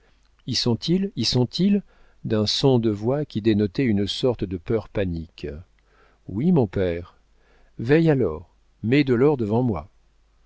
y sont-ils y sont-ils d'un son de voix qui dénotait une sorte de peur panique oui mon père veille à l'or mets de l'or devant moi